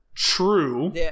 true